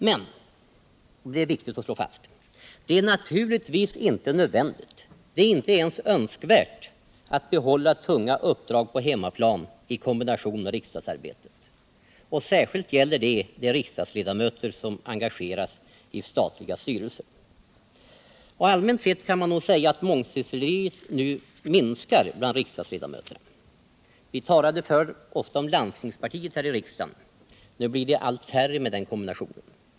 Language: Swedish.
Men -— och det är viktigt att slå fast — det är naturligtvis inte nödvändigt, inte ens önskvärt, att behålla tunga uppdrag på hemmaplan i kombination med riksdagsarbetet. Särskilt gäller det de riksdagsledamöter som engageras i statliga styrelser. Allmänt kan nog sägas att mångsyssleriet nu minskar bland riksdagsledamöterna. Vi talade förr ofta om ”landstingspartiet” här i riksdagen — nu blir det allt färre med den kombinationen.